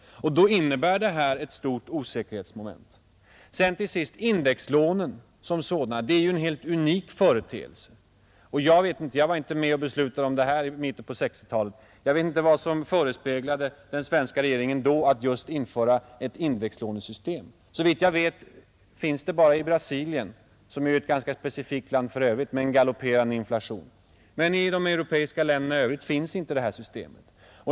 Då innebär det här systemet ett stort osäkerhetsmoment. Till sist: Indexlånen som sådana är en helt unik företeelse. Jag var inte med och beslutade om dem i mitten av 1960-talet och jag vet inte vad som föresvävade den svenska regeringen när den införde just ett indexlånesystem. Såvitt jag vet finns det bara i Brasilien, som är ett ganska specifikt land med en galopperande inflation, men i de europeiska länderna finns inte det här systemet.